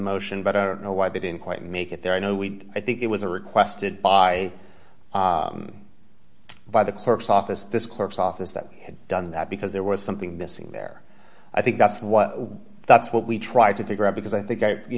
motion but i don't know why they didn't quite make it there you know we i think it was a requested by by the clerk's office this clerk's office that had done that because there was something this in there i think that's what that's what we tried to figure out because i think i you